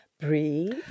breathe